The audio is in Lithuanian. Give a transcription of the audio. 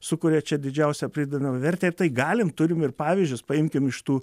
sukuria čia didžiausią pridedamąją vertę ir tai galim turim ir pavyzdžius paimkim iš tų